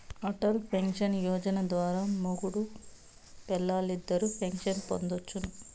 Atal pension Yojana ద్వారా మొగుడూ పెల్లాలిద్దరూ పెన్సన్ పొందొచ్చును